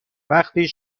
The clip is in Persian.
وقتی